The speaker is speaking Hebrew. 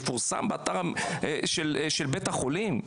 יפורסם באתר של בית החולים?